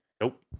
Nope